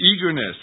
eagerness